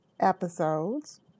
episodes